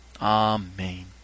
Amen